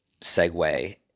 segue